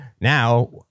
now